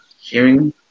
hearing